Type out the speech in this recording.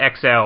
XL